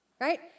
right